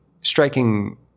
striking